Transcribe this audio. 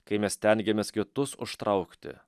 kai mes stengiamės kitus užtraukti